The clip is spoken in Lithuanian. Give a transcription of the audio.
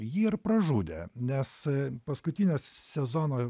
jį ir pražudė nes paskutinės sezono